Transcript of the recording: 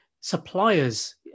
suppliers